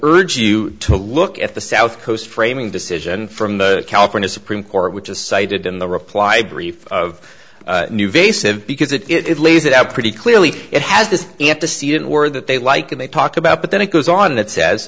urge you to look at the south coast framing decision from the california supreme court which is cited in the reply brief of new faces because it lays it out pretty clearly it has this antecedent word that they like and they talk about but then it goes on and it says